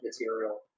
material